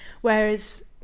whereas